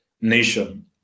nation